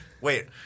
Wait